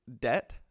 debt